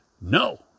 no